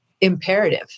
imperative